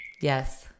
Yes